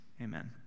Amen